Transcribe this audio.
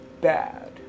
bad